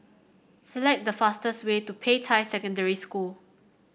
select the fastest way to Peicai Secondary School